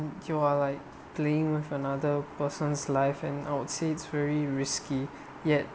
you are like playing with another person's life and I would say it's very risky yet